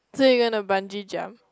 so you going to bungee jump